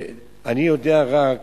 אני יודע רק